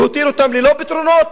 להותיר אותם ללא פתרונות,